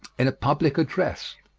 in a public address.